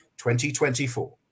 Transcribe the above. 2024